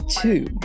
two